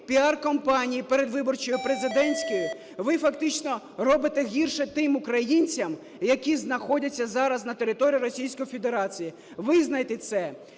піар компанії передвиборчої президентської ви фактично робите гірше тим українцям, які знаходяться зараз на території Російської Федерації. Визнайте це!